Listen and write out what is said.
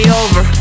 over